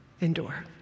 endure